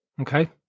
Okay